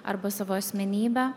arba savo asmenybe